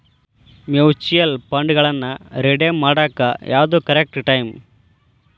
mutual ಫಂಡ್ಗಳನ್ನ redeem ಮಾಡಾಕ ಯಾವ್ದು ಕರೆಕ್ಟ್ ಟೈಮ್